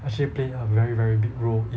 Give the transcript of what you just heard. actually play a very very big role in